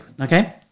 Okay